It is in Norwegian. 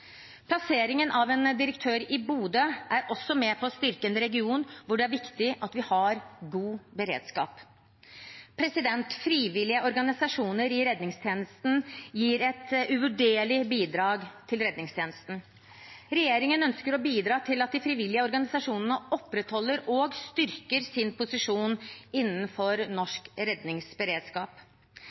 Plasseringen av en direktør i Bodø er også med på å styrke en region der det er viktig at vi har god beredskap. Frivillige organisasjoner i redningstjenesten gir et uvurderlig bidrag til redningstjenesten. Regjeringen ønsker å bidra til at de frivillige organisasjonene opprettholder og styrker sin posisjon innenfor norsk redningsberedskap.